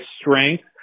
strength